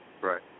Right